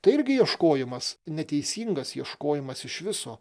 tai irgi ieškojimas neteisingas ieškojimas iš viso